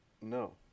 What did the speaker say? no